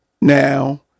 now